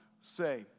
say